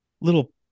little